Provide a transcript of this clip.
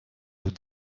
aux